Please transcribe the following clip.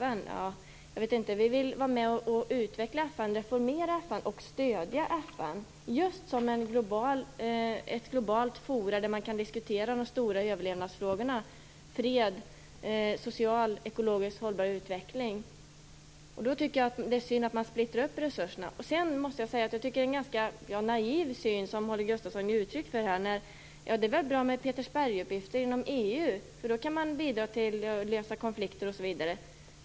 Miljöpartiet vill vara med och utveckla, reformera och stödja FN som ett globalt forum där man kan diskutera de stora överlevnadsfrågorna, nämligen fred och socialt och ekologiskt hållbar utveckling. Jag tycker att det är synd att man splittrar resurserna. Jag tycker att det är en ganska naiv syn som Holger Gustafsson ger uttryck för. Det är väl bra med Petersbergsuppgifter inom EU eftersom man med dessa kan bidra till att lösa konflikter osv.